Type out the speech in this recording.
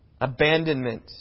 Abandonment